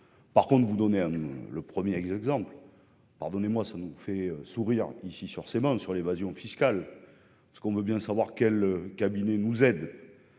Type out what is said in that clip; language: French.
par contre vous donner, hein, le 1er, exemple, pardonnez-moi, ça nous fait sourire ici sur ces mômes sur l'évasion fiscale, ce qu'on veut bien savoir quel cabinet nous aide